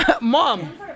Mom